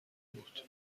بود